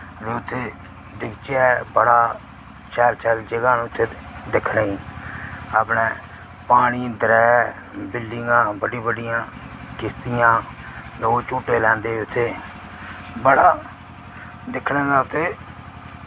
ते उत्थै दिखचै बड़ा शैल शैल जगह न उत्थै दिक्खने ई अपनै पानी अंदरै बिल्डिंगां बड्डी बड्डियां किश्तियां लोक झैटे लैंदे उत्थे बड़ा दिक्खने दा उत्थै